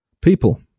people